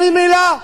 אומרים מלה,